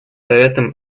советом